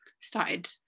started